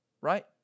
right